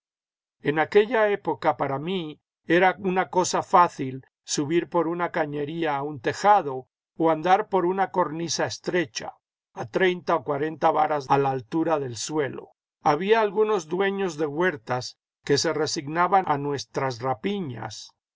en aquella época para mí era una cosa fácil subir por una cañería a un tejado o andar por una cornisa estrecha a treinta o cuarenta varas a la altura del suelo había algunos dueños de huertas que se resignaban a nuestras rapiñas